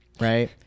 right